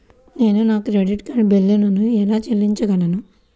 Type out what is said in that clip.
నేను నా credit card బిల్లును ఎలా చెల్లించగలను?